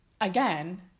again